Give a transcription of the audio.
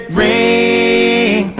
ring